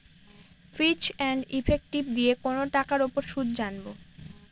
ফিচ and effective দিয়ে কোনো টাকার উপর সুদ জানবো